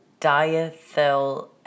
diethyl